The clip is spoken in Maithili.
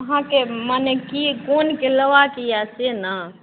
अहाँके माने की कोनके लेबाक यऽ से ने